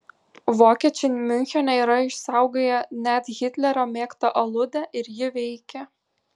vokiečiai miunchene yra išsaugoję net hitlerio mėgtą aludę ir ji veikia